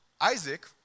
Isaac